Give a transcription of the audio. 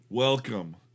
Welcome